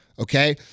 Okay